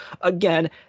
again